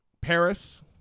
Paris